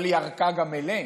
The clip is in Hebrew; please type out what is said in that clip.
אבל היא ערקה גם אליהם.